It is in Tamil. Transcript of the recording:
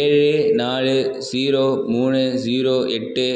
ஏழு நாலு ஜீரோ மூணு ஜீரோ எட்டு